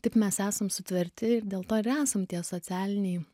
taip mes esam sutverti ir dėl to ir esam tie socialiniai